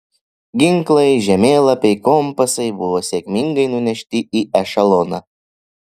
ginklai žemėlapiai kompasai buvo sėkmingai nunešti į ešeloną